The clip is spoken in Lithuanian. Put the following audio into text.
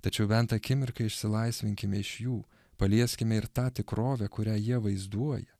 tačiau bent akimirkai išsilaisvinkime iš jų palieskime ir tą tikrovę kurią jie vaizduoja